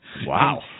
Wow